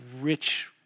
rich